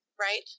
right